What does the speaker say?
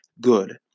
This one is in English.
good